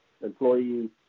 employees